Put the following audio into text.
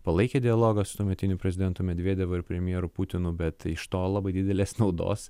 palaikė dialogą su tuometiniu prezidentu medvedevu ir premjeru putinu bet iš to labai didelės naudos